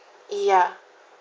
ya